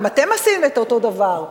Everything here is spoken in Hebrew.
גם אתם עשיתם את אותו הדבר,